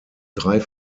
drei